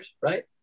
right